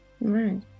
Right